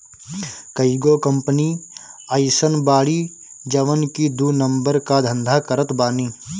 कईगो कंपनी अइसन बाड़ी जवन की दू नंबर कअ धंधा करत बानी